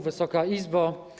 Wysoka Izbo!